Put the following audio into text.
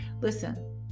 Listen